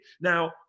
now